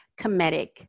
comedic